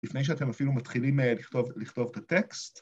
‫לפני שאתם אפילו מתחילים ‫לכתוב את הטקסט.